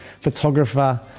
photographer